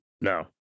No